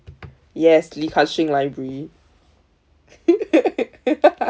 yes lee ka shing library